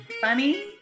funny